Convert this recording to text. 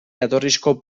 jatorrizko